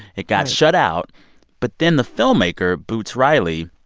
it got shut out but then the filmmaker, boots riley,